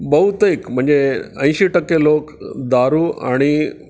बहुतेक म्हणजे ऐंशी टक्के लोक दारू आणि